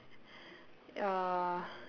uh